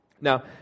Now